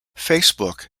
facebook